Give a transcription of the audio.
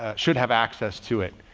ah should have access to it,